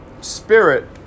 spirit